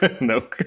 No